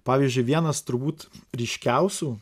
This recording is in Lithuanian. pavyzdžiui vienas turbūt ryškiausių